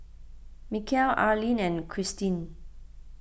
Mikel Arlyne and Christeen